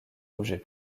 objet